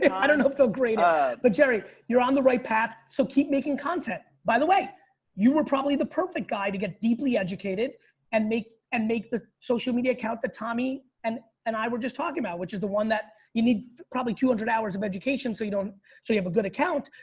i don't feel greater, but jerry you're on the right path. so keep making content, by the way you were probably the perfect guy to get deeply educated and make and make the social media account that tommy and and i were just talking about, which is the one that you need probably two hundred hours of education. so you don't, so you have a good account,